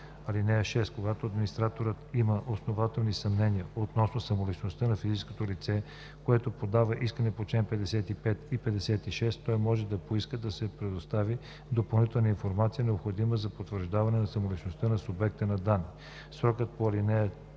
(6) Когато администраторът има основателни съмнения относно самоличността на физическото лице, което подава искане по чл. 55 или 56, той може да поиска да се предостави допълнителна информация, необходима за потвърждаване на самоличността на субекта на данните. Срокът по ал.